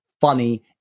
funny